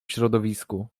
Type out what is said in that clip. środowisku